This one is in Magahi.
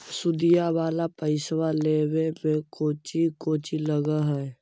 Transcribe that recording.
सुदिया वाला पैसबा लेबे में कोची कोची लगहय?